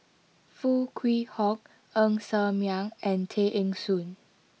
Foo Kwee Horng Ng Ser Miang and Tay Eng Soon